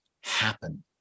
happen